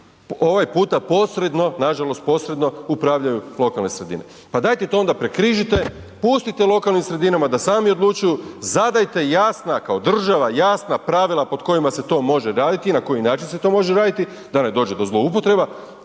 ovaj puta posredno, nažalost posredno, upravljaju lokalne sredine, pa dajte to onda prekrižite, pustite lokalnim sredinama da sami odlučuju, zadajte jasna, kao država jasna pravila pod kojima se to može raditi i na koji način se to može raditi i na koji način se